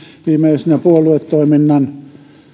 viimeisenä puoluetoimintaan